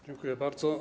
Dziękuję bardzo.